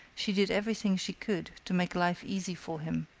she did everything she could to make life easy for him.